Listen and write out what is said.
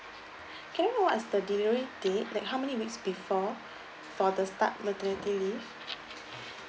can I know what's the delivery date like how many weeks before for the start maternity leave